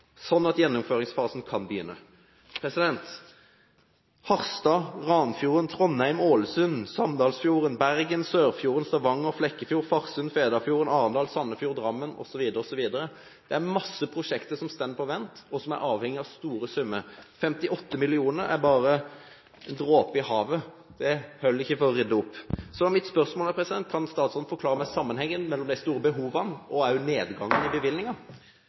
sånn at gjennomføringsfasen kan begynne. Harstad, Ranfjorden, Trondheim, Ålesund, Sandalsfjorden. Bergen, Sørfjorden, Stavanger, Flekkefjord, Farsund, Fedafjorden, Arendal, Sandefjord, Drammen osv., osv. – det er masse prosjekter som står på vent, og som er avhengig av store summer. 58 mill. kr er bare en dråpe i havet, det holder ikke for å rydde opp. Mitt spørsmål er: Kan statsråden forklare meg sammenhengen mellom de store behovene og nedgangen i